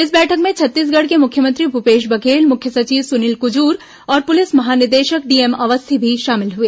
इस बैठक में छत्तीसगढ़ के मुख्यमंत्री भूपेश बघेल मुख्य सचिव सुनील कुजूर और पुलिस महानिदेशक डीएम अवस्थी भी शामिल हुए